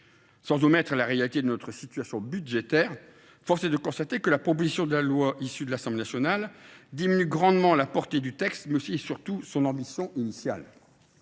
Sans nier la réalité de notre situation budgétaire, force est de constater que la version issue des travaux de l’Assemblée nationale diminue grandement la portée du texte, mais aussi et surtout son ambition initiale.